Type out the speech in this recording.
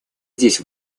здесь